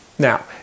Now